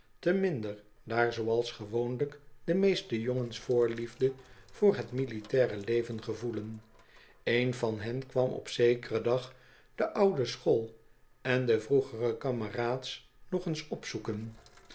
te minder daar zooals gewoonlijk de meeste jongens voorliefde voor het militaire leven gevoelen een van hen kwam op zekeren dag de oude school en de vroegere kameraads nog eens opzoeken